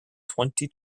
twenty